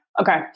Okay